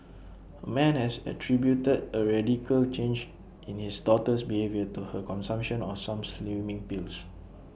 A man has attributed A radical change in his daughter's behaviour to her consumption of some slimming pills